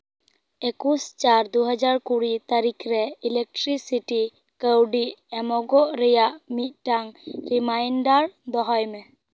ᱮᱠᱩᱥ ᱪᱟᱨ ᱫᱩ ᱦᱟᱡᱟᱨ ᱠᱩᱲᱤ ᱛᱟᱹᱨᱤᱠᱷ ᱨᱮ ᱤᱞᱮᱠᱴᱨᱤᱥᱤᱴᱟ ᱠᱟᱹᱣᱰᱤ ᱮᱢᱚᱜᱚᱜ ᱨᱮᱭᱟᱜ ᱢᱤᱫᱴᱟᱝ ᱨᱤᱢᱟᱭᱤᱱᱰᱟᱨ ᱫᱚᱦᱚᱭ ᱢᱮ